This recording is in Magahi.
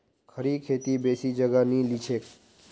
खड़ी खेती बेसी जगह नी लिछेक